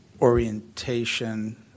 Orientation